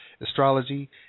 astrology